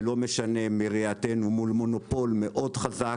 ולא משנה מה ראייתנו מול מונופול מאוד חזק,